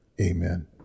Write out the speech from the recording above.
Amen